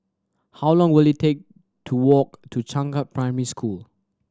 how long will it take to walk to Changkat Primary School